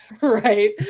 right